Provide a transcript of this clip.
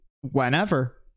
whenever